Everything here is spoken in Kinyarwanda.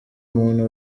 muntu